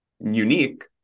unique